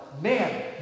man